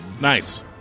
Nice